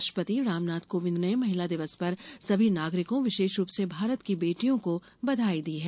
राष्ट्रपति रामनाथ कोविंद ने महिला दिवस पर सभी नागरिकों विशेष रूप से भारत की बेटियों को बधाई दी है